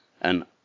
and